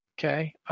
Okay